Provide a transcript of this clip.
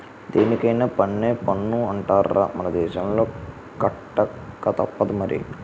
దేనికైన పన్నే పన్ను అంటార్రా మన దేశంలో కట్టకతప్పదు మరి